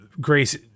Grace